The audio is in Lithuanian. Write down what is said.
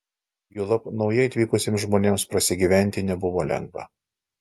juolab naujai atvykusiems žmonėms prasigyventi nebuvo lengva